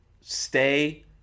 stay